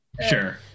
Sure